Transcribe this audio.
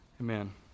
amen